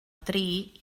dri